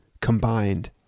combined